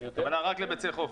הכוונה היא רק לביצי חופש,